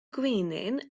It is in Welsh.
gwenyn